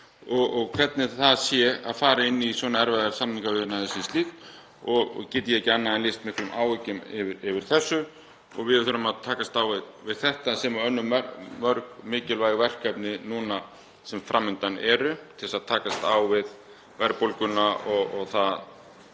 og hvernig það sé að fara inn í svona erfiðar samningaviðræður við þær aðstæður og get ég ekki annað en lýst miklum áhyggjum yfir þessu. Við þurfum að takast á við þetta sem og mörg önnur mikilvæg verkefni núna sem fram undan eru til að takast á við verðbólguna og þá